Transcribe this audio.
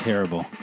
Terrible